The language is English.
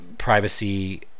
privacy